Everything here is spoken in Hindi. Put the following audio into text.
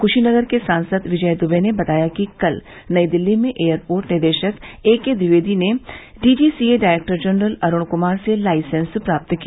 कुशीनगर के सांसद विजय कुमार दूबे ने बताया कि कल नई दिल्ली में एयरपोर्ट निदेशक एके द्विवेदी ने DGCA director general Arun Kumar से लाइसेंस प्राप्त किया